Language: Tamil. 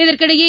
இதற்கிடையே